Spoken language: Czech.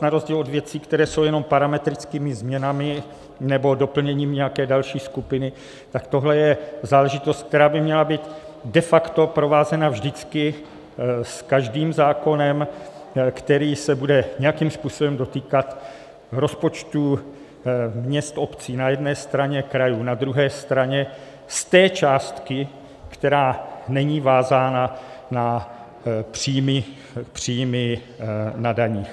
Na rozdíl od věcí, které jsou jenom parametrickými změnami nebo doplněním nějaké další skupiny, tak tohle je záležitost, která by měla být de facto provázena vždycky s každým zákonem, který se bude nějakým způsobem dotýkat rozpočtů měst a obcí na jedné straně, krajů na druhé straně, z té částky, která není vázána na příjmy na daních.